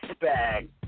Bag